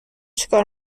چیکار